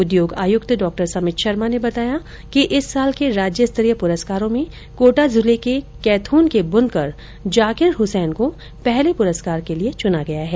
उद्योग आयुक्त डॉक्टर समित शर्मा ने बताया कि इस साल के राज्य स्तरीय पुरस्कारों में कोटा जिले के कैथ्न के बुनकर जाकिर हसेन को पहले पुरस्कार के लिये चुना गया है